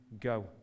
go